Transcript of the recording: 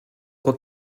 quoi